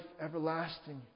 everlasting